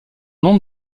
nom